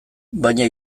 baina